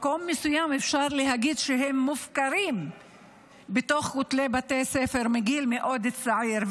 אפשר להגיד שבמקום מסוים הם מופקרים בין כותלי בתי הספר מגיל מאוד צעיר,